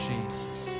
Jesus